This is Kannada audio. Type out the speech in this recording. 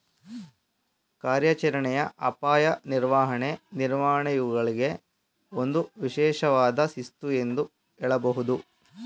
ಕಾರ್ಯಾಚರಣೆಯ ಅಪಾಯ ನಿರ್ವಹಣೆ ನಿರ್ವಹಣೆಯೂಳ್ಗೆ ಒಂದು ವಿಶೇಷವಾದ ಶಿಸ್ತು ಎಂದು ಹೇಳಬಹುದು